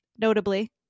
notably